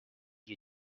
you